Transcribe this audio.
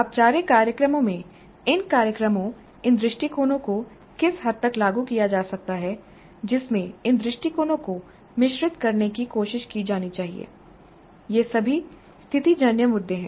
औपचारिक कार्यक्रमों में इन कार्यक्रमों इन दृष्टिकोणों को किस हद तक लागू किया जा सकता है जिसमें इन दृष्टिकोणों को मिश्रित करने की कोशिश की जानी चाहिए ये सभी स्थितिजन्य मुद्दे हैं